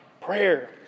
Prayer